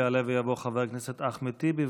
יעלה ויבוא חבר הכנסת אחמד טיבי,